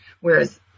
whereas